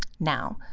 now,